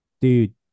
dude